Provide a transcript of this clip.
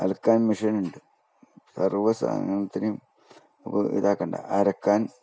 അലക്കാൻ മെഷീനുണ്ട് സർവ്വ സാധനത്തിനും ഇപ്പം ഇതാക്കണ്ട അരക്കാൻ